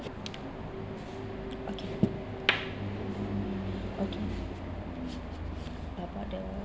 okay about the